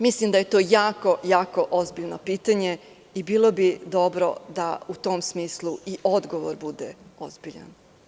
Mislim da je to jako ozbiljno pitanje i bilo bi dobro da u tom smislu i odgovor bude ozbiljan.